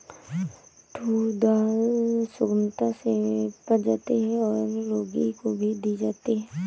tour दाल सुगमता से पच जाती है और रोगी को भी दी जाती है